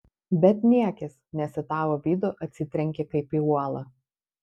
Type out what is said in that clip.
bet niekis nes į tavo vidų atsitrenki kaip į uolą